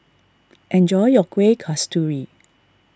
enjoy your Kueh Kasturi